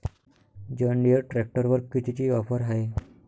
John Deere ट्रॅक्टरवर कितीची offer हाये?